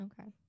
okay